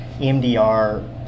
EMDR